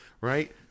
right